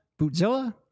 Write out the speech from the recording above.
Bootzilla